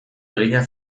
egina